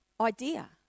idea